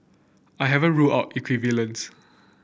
I haven't ruled out equivalence